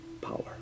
power